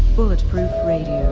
bulletproof radio,